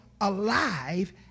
alive